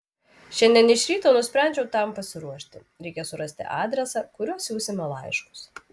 šiandien iš ryto nusprendžiau tam pasiruošti reikia surasti adresą kuriuo siųsime laiškus